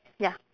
ya